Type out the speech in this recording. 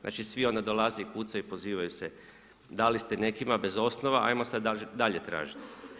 Znači svi onda dolaze i pucaju i pozivaju se dali ste nekima bez osnova, ajmo sada dalje tražiti.